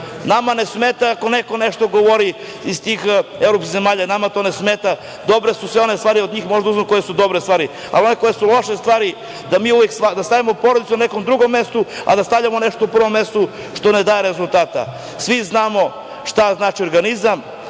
ne smeta ako neko nešto govori iz tih evropskih zemalja, nama to ne smeta, dobre su sve one stvari, od njih možemo da uzmemo koje su dobre stvari, ali one koje su loše stvari, da stavljamo porodicu na neko drugo mesto, a da stavljamo nešto na prvo mesto što ne daje rezultate. Svi znamo šta znači organizam.